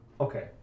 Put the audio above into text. Okay